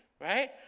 right